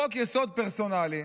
חוק-יסוד פרסונלי,